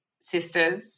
sisters